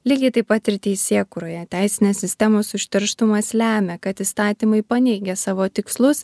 lygiai taip pat ir teisėkūroje teisinės sistemos užterštumas lemia kad įstatymai paneigia savo tikslus